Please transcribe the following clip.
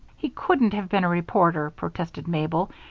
he couldn't have been a reporter, protested mabel.